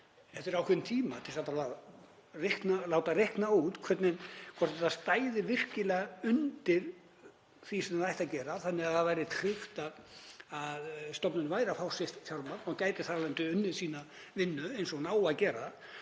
eftir ákveðinn tíma til þess að láta reikna út hvort gjaldið stæði virkilega undir því sem það ætti að gera þannig að það væri tryggt að stofnunin væri að fá sitt fjármagn og gæti þar af leiðandi unnið sína vinnu eins og hún á að gera.